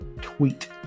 tweet